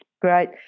Great